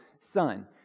son